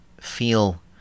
feel